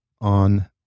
on